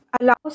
allows